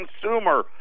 consumer